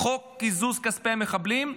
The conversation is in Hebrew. חוק קיזוז כספי מחבלים,